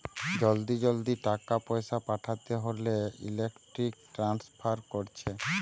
জলদি জলদি টাকা পয়সা পাঠাতে হোলে ইলেক্ট্রনিক ট্রান্সফার কোরছে